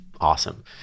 awesome